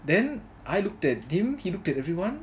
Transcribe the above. then I looked at him he looked at everyone